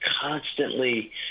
constantly